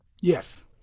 Yes